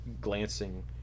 glancing